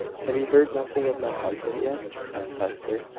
have you heard nothing of my husband yet? asked hester.